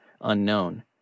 Unknown